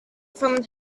from